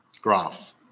graph